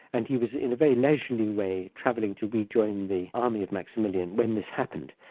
and he was in a very leisurely way, travelling to rejoin the army of maximilian, when this happened.